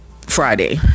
friday